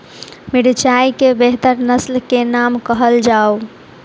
मिर्चाई केँ बेहतर नस्ल केँ नाम कहल जाउ?